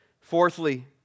Fourthly